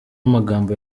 amagambo